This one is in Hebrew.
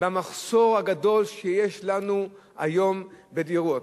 בשל המחסור הגדול שיש לנו היום בדירות.